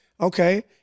okay